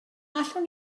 allwn